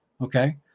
Okay